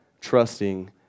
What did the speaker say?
trusting